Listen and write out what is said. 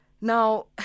Now